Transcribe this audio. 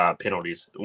penalties